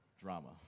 drama